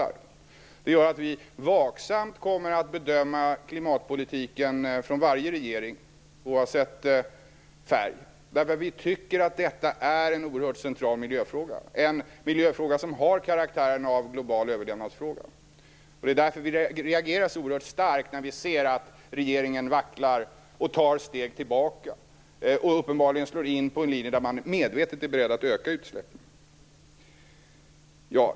Vi kommer att vaksamt bedöma klimatpolitiken från varje regering, oavsett färg, därför att vi tycker att detta är en oerhört central miljöfråga. Det en miljöfråga som har karaktären av global överlevnadsfråga. Det är därför vi reagerar så oerhört starkt när vi ser att regeringen vacklar, tar steg tillbaka och uppenbarligen slår in på en linje där man medvetet är beredd att öka utsläppen.